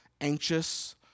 anxious